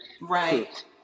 Right